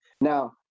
Now